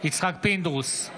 יצחק פינדרוס,